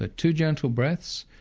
ah two gentle breaths,